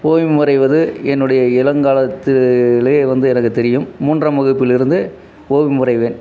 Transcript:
ஓவியம் வரைவது என்னுடைய இளங்காலத்திலே வந்து எனக்கு தெரியும் மூன்றாம் வகுப்பிலிருந்து ஓவியம் வரைவேன்